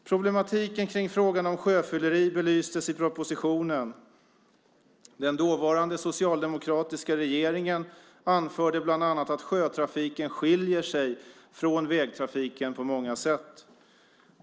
Problematiken kring frågan om sjöfylleri belystes i propositionen. Den dåvarande socialdemokratiska regeringen anförde bland annat att sjötrafiken skiljer sig från vägtrafiken på många sätt.